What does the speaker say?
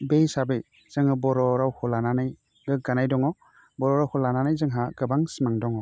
बे हिसाबै जोङो बर' रावखौ लानानै गोग्गानाय दङ बर' रावखौ लानानै जोंहा गोबां सिमां दङ